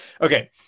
okay